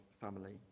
family